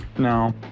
no.